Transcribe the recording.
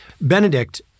Benedict